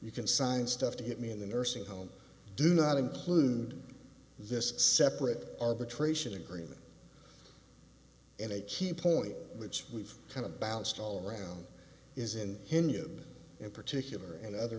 you can sign stuff to hit me in the nursing home do not include this separate arbitration agreement and a key point which we've kind of bounced all around isn't in you in particular and other